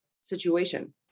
situation